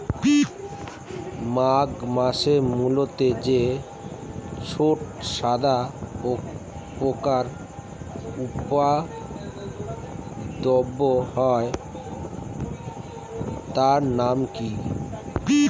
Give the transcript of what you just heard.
মাঘ মাসে মূলোতে যে ছোট সাদা পোকার উপদ্রব হয় তার নাম কি?